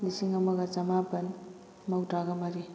ꯂꯤꯁꯤꯡ ꯑꯃꯒ ꯆꯃꯥꯄꯟ ꯃꯧꯗ꯭꯭ꯔꯥꯒ ꯃꯔꯤ